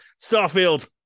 Starfield